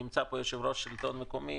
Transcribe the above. נמצא פה יושב-ראש השלטון המקומי